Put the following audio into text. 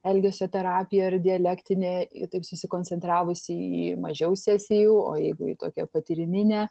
elgesio terapija ar dialektinė taip susikoncentravusi į mažiau sesijų o jeigu ji tokia patyriminė